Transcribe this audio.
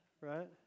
right